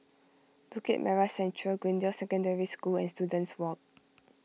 Bukit Merah Central Greendale Secondary School and Students Walk